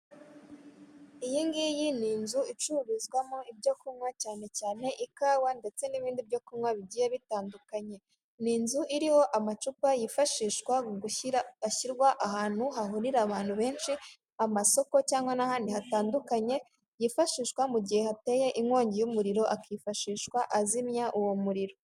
iyi ngiyi ni inzu icururizwamo ibyo kunywa cyane cyane ikawa ndetse n'ibindi byo kunywa bigiye bitandukanye, ni inzu iriho amacupa yifashishwa ashyirwa ahantu hahurira abantu benshi, amasoko cyangwa n'ahandi hatandukanye, yifashishwa mu gihe hateye inkongi y'umuriro, akifashishwa azimya uwo muriro.